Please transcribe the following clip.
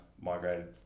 migrated